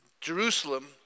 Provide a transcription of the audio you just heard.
Jerusalem